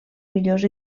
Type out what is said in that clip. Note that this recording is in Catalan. millors